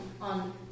on